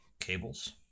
cables